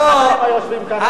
הנה כל החברים היושבים כאן,